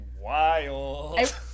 wild